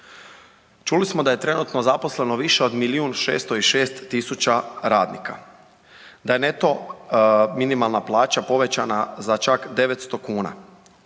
Čuli smo da je trenutno zaposleno više od miliju 606 tisuća radnika, da je neto minimalna plaća povećana za 900 kuna.